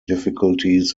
difficulties